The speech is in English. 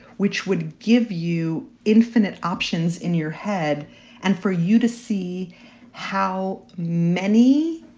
which would give you infinite options in your head and for you to see how many